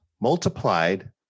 multiplied